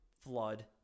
Flood